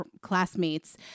classmates